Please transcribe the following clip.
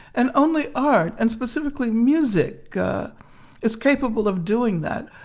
and only art and specifically music is capable of doing that.